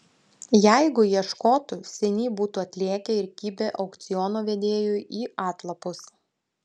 jeigu ieškotų seniai būtų atlėkę ir kibę aukciono vedėjui į atlapus